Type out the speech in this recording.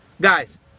Guys